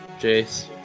jace